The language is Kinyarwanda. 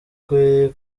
kwe